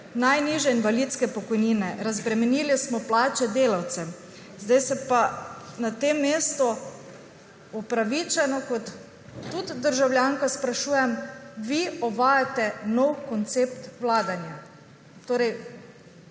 najnižje invalidske pokojnine, razbremenili smo plače delavcem. Zdaj se pa na tem mestu upravičeno kot tudi državljanka sprašujem – vi uvajate nov koncept vladanja? Torej